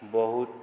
बहुत